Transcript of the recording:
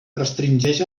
restringeix